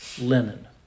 linen